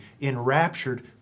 enraptured